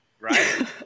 right